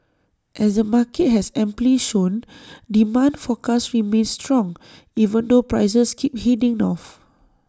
as the market has amply shown demand for cars remains strong even though prices keep heading north